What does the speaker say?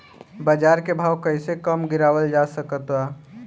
बाज़ार के भाव कैसे कम गीरावल जा सकता?